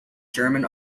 german